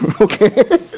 Okay